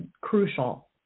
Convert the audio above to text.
crucial